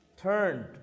turned